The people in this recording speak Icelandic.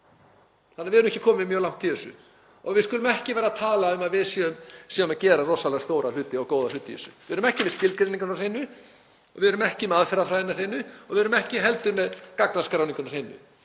Við erum ekki komin mjög langt í þessu. Við skulum ekki vera að tala um að við séum að gera rosalega stóra og góða hluti í þessu. Við erum ekki með skilgreiningar á hreinu, við erum ekki með aðferðafræðina á hreinu og við erum ekki heldur með gagnaskráninguna á hreinu.